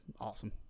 awesome